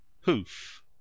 Hoof